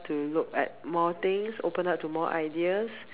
to look at more things opened up to more ideas